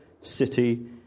city